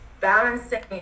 balancing